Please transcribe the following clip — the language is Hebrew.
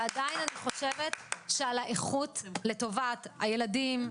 ועדיין אני חושבת שעל האיכות לטובת הילדים,